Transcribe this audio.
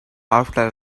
after